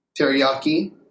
teriyaki